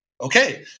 okay